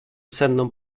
senną